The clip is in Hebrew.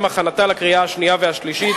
הכנתה לקריאה שנייה ולקריאה שלישית,